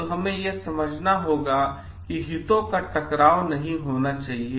तो हम् यह समझना होगा कि हितों का टकराव नहीं होना चाहिए